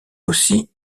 aussi